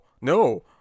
no